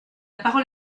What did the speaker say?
parole